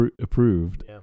approved